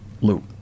loop